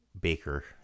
baker